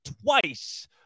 twice